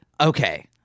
Okay